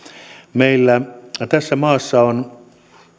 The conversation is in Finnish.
meillä tässä maassa on